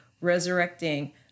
resurrecting